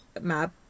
map